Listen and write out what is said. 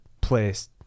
place